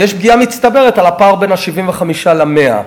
ויש פגיעה מצטברת על הפער בין ה-75% ל-100%,